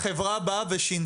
החברה באה ושינתה.